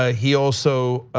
ah he also